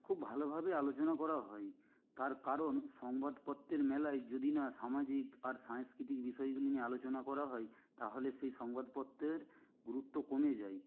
খুব ভালোভাবে আলোচনা করা হয় তার কারণ সংবাদপত্রের মেলায় যদি না সামাজিক আর সাংস্কৃতিক বিষয়গুলি নিয়ে আলোচনা করা হয় তাহলে সেই সংবাদপত্রের গুরুত্ব কমে যায়